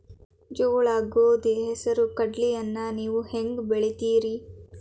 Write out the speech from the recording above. ಜೋಳ, ಗೋಧಿ, ಹೆಸರು, ಕಡ್ಲಿಯನ್ನ ನೇವು ಹೆಂಗ್ ಬೆಳಿತಿರಿ?